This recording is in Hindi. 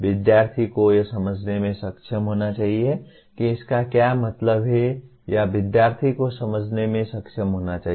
विध्यार्थी को यह समझने में सक्षम होना चाहिए कि इसका क्या मतलब है या विध्यार्थी को समझने में सक्षम होना चाहिए